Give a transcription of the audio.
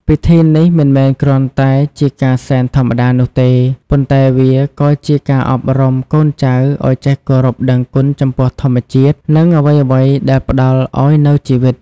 ពិធីនេះមិនមែនគ្រាន់តែជាការសែនធម្មតានោះទេ ប៉ុន្តែវាក៏ជាការអប់រំកូនចៅឲ្យចេះគោរពដឹងគុណចំពោះធម្មជាតិ និងអ្វីៗដែលផ្តល់ឲ្យនូវជីវិត។